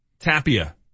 Tapia